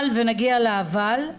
אבל, ונגיע לאבל,